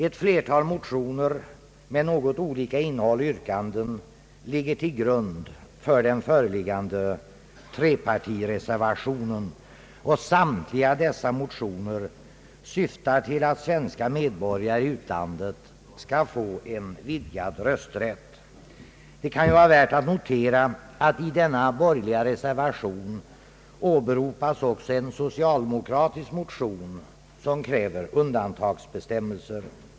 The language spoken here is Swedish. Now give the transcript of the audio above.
Ett flertal motioner med något olika innehåll och yrkanden ligger till grund för den föreliggande trepartireservationen. Samtliga dessa motioner syftar till att svenska medborgare i utlandet skall få vidgad rösträtt. Det kan vara värt att notera att i denna borgerliga reservation åberopas också en socialdemokratisk motion som kräver undantagsbestämmelser.